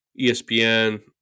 ESPN